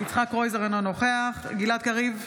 יצחק קרויזר, אינו נוכח גלעד קריב,